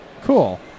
Cool